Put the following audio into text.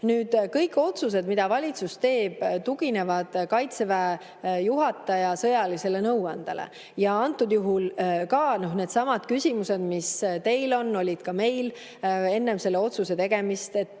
aru. Kõik otsused, mida valitsus teeb, tuginevad Kaitseväe juhataja sõjalisele nõuandele. Antud juhul ka needsamad küsimused, mis teil on, olid ka meil enne selle otsuse tegemist: